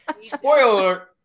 spoiler